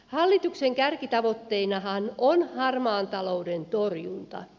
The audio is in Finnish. hallituksen kärkitavoitteinahan on harmaan talouden torjunta